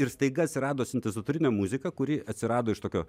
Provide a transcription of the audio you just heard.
ir staiga atsirado sintezatorinė muzika kuri atsirado iš tokio